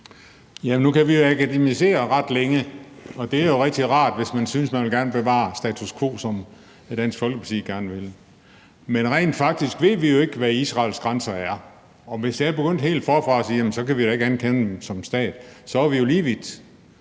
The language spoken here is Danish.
Nu kan vi jo akademisere ret længe, og det er rigtig rart, hvis man synes, at man gerne vil bevare status quo, som Dansk Folkeparti gerne vil. Men rent faktisk ved vi jo ikke, hvad Israels grænser er. Og hvis jeg begyndte helt forfra med at sige, at så kan vi da ikke anerkende dem som stat, så er vi jo lige vidt.